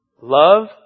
Love